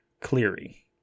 Cleary